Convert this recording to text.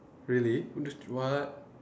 really ju~ what